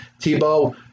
Tebow